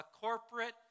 corporate